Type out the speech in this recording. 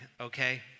okay